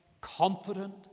confident